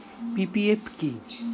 PPF কি?